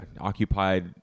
Occupied